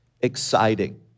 exciting